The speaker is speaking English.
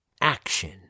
Action